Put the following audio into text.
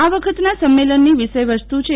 આ વખતના સંમેલનની વિષય વસ્તુ છે